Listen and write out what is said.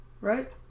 Right